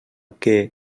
que